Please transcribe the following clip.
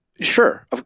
Sure